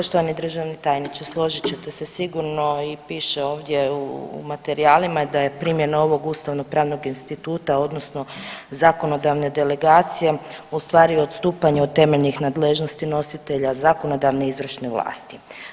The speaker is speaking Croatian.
Poštovani državni tajniče, složit ćete se sigurno i piše ovdje u materijalima da je primjena ovog ustavno pravnog instituta odnosno zakonodavne delegacije u stvari odstupanje od temeljnih nadležnosti nositelja zakonodavne i izvršne vlasti.